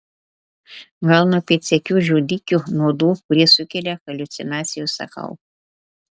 gal nuo pėdsekių žudikių nuodų kurie sukelia haliucinacijas sakau